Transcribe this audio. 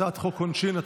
הצעת חוק העונשין,